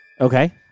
Okay